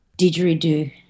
Didgeridoo